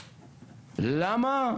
מדוע?